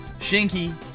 Shinky